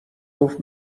گفت